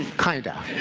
kind of,